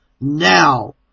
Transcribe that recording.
now